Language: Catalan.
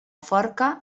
forca